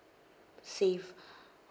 save